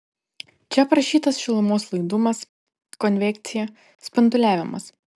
čia aprašytas šilumos laidumas konvekcija spinduliavimas